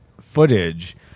footage